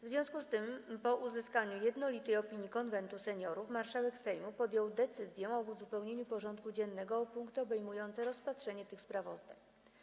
W związku z tym, po uzyskaniu jednolitej opinii Konwentu Seniorów, marszałek Sejmu podjął decyzję o uzupełnieniu porządku dziennego o punkty obejmujące rozpatrzenie tych sprawozdań.